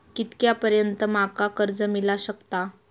कितक्या पर्यंत माका कर्ज मिला शकता?